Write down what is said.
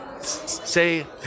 say